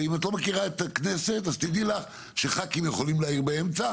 ואם את לא מכירה את הכנסת אז תדעי לך שח"כים יכולים להעיר באמצע,